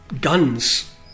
guns